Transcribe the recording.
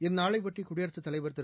இந்நாளையொட்டி குடியரசுத் தலைவர் திரு